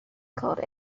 called